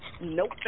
Nope